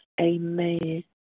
Amen